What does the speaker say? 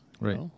Right